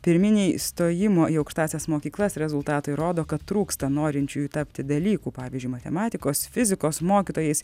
pirminiai stojimo į aukštąsias mokyklas rezultatai rodo kad trūksta norinčiųjų tapti dalykų pavyzdžiui matematikos fizikos mokytojais